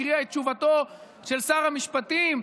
הקריאה את תשובתו של שר המשפטים.